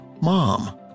mom